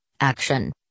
Action